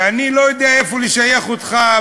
ואני לא יודע איפה לשייך אותך,